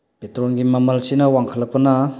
ꯄꯦꯇ꯭ꯔꯣꯜꯒꯤ ꯃꯃꯜꯁꯤꯅ ꯋꯥꯡꯈꯠꯂꯛꯄꯅ